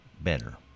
better